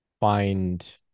find